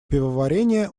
пивоварения